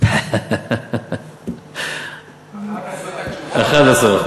13%